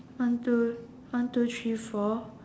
one two one two three four